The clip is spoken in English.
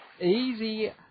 easy